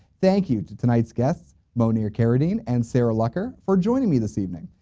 thank you to tonight's guests moneer kheireddine and sarah lucker for joining me this evening.